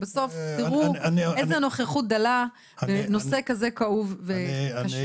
בסוף תראו איזה נוכחות דלה יש בנושא כאוב כזה וקשה.